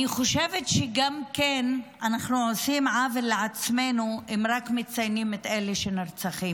אני חושבת שאנחנו גם עושים עוול לעצמנו אם מציינים רק את אלה שנרצחים.